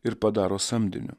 ir padaro samdiniu